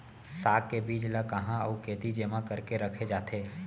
साग के बीज ला कहाँ अऊ केती जेमा करके रखे जाथे?